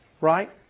Right